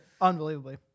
unbelievably